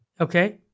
Okay